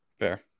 Fair